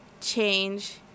change